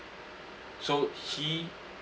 so he